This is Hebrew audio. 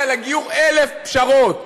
עשיתי על הגיור אלף פשרות,